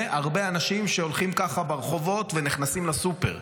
הרבה אנשים שהולכים ככה ברחובות ונכנסים לסופר,